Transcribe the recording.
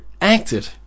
acted